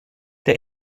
der